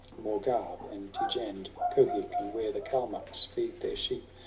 moorghab and tejend, kohik, and where the kalmuks feed their sheep,